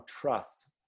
trust